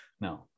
no